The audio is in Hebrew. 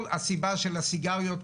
כל הסיבה של הסיגריות,